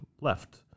left